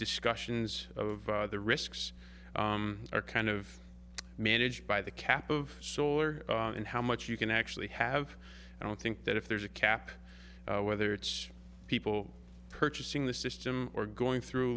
discussions of the risks are kind of managed by the cap of solar and how much you can actually have i don't think that if there's a cap whether it's people purchasing the system or going through a